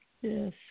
Yes